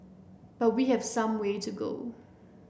but we have some way to go